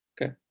Okay